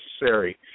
Necessary